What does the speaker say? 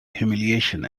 humiliation